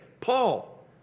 Paul